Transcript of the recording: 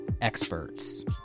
experts